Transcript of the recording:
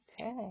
Okay